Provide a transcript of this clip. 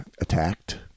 attacked